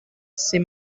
ses